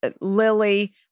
Lily